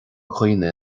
dhaoine